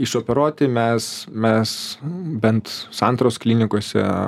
išoperuoti mes mes bent santaros klinikose